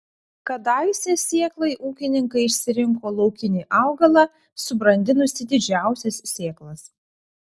kadaise sėklai ūkininkai išsirinko laukinį augalą subrandinusį didžiausias sėklas